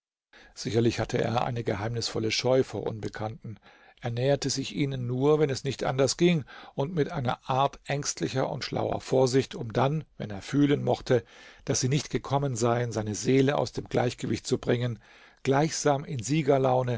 sicherlich hatte er eine geheimnisvolle scheu vor unbekannten er näherte sich ihnen nur wenn es nicht anders ging und mit einer art ängstlicher und schlauer vorsicht um dann wenn er fühlen mochte daß sie nicht gekommen seien seine seele aus dem gleichgewicht zu bringen gleichsam in siegerlaune